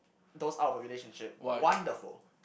those out of a relationship wonderful